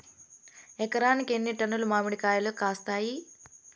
ఎకరాకి ఎన్ని టన్నులు మామిడి కాయలు కాస్తాయి?